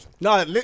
No